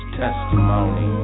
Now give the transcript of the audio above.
testimony